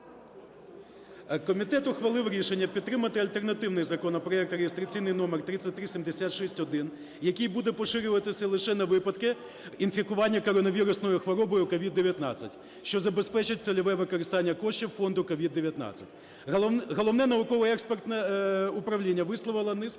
Комітет ухвалив рішення підтримати альтернативний законопроект реєстраційний номер 3376-1, який буде поширюватися лише на випадки інфікування коронавірусною хворобою (COVID-19), що забезпечить цільове використання коштів фонду COVID-19. Головне науково-експертне управління висловило низку